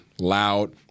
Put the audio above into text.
loud